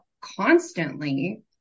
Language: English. constantly